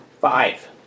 Five